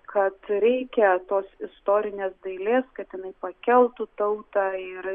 kad reikia tos istorinės dailės kad jinai pakeltų tautą ir